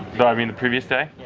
no, i mean the previous day.